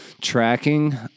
tracking